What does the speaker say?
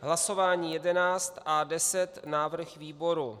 Hlasování číslo jedenáct A10, návrh výboru.